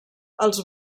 els